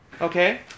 Okay